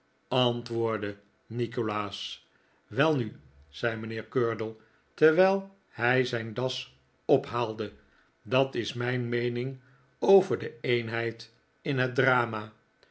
antwoordde nikolaas welnu zei mijnheer curdle terwijl hij zijn das ophaaldej dat is mijn meening over de eenheid in het drama